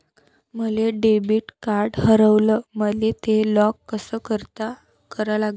माय debit card हारवलं, मले ते ब्लॉक कस करा लागन?